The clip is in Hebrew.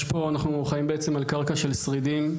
אנחנו חיים על קרקע של שרידים,